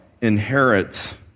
inherit